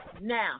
now